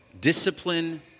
Discipline